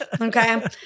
Okay